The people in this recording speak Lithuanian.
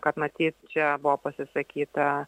kad matyt čia buvo pasisakyta